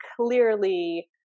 clearly